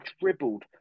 dribbled